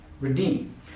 redeem